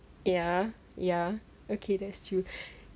ya ya okay that's true